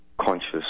conscious